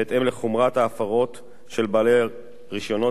בהתאם לחומרת ההפרות של בעלי רשיונות